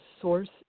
source